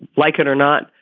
like it or not.